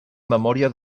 memòria